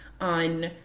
on